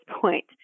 point